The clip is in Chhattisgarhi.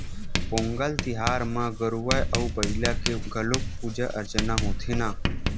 पोंगल तिहार म गरूवय अउ बईला के घलोक पूजा अरचना होथे न